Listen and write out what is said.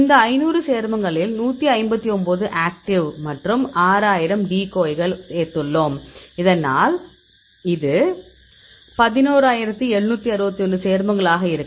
இந்த 5000 சேர்மங்களில் 159 ஆக்டிவ் மற்றும் 6000 டிகோய்களைச் சேர்த்துள்ளோம் இதனால் இது 11761 சேர்மங்கள் ஆக இருக்கும்